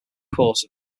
course